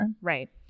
Right